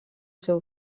seu